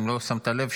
אם לא שמת לב,